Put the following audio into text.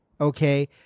Okay